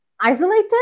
isolated